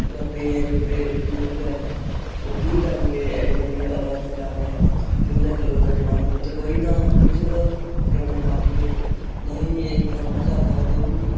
ਉਹਦਾ ਪੇ ਹੈ ਜੋ ਬੇਰ ਬਜ਼ੁਰਗ ਹੈ ਉਹ ਕੀ ਕਰਨਗੇ ਅਜਿਹੀ ਅਵਸਥਾ 'ਚ ਆ ਕੇ ਕਿ ਉਨ੍ਹਾਂ ਦਾ ਇਕਲਲੌਤਾ ਜਵਾਨ ਪੁੱਤ ਕੋਈ ਤਾਂ ਕੁਛ ਕੁ ਮਤਲਬ ਕਿ ਆਪਣੇ ਮਾਪੇ ਨਹੀਂ ਇਹ ਸਦਮਾਂ ਝੱਲ ਸਕਦੇ ਉਹ ਵੀ